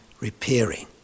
repairing